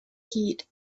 heat